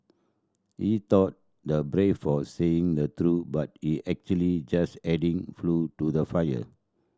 he thought the brave for saying the truth but he actually just adding flue to the fire